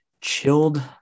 chilled